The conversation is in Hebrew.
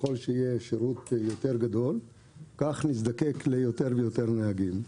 ככל שיהיה שירות גדול יותר כך נזדקק ליותר ויותר נהגים.